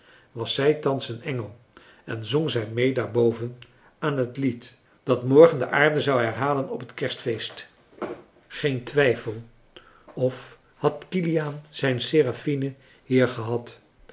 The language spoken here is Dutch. was zij thans een engel en zong zij mee daarboven aan het lied dat morgen de aarde zou herhalen op het kerstfeest geen twijfel of had kiliaan zijn serafine hier gehad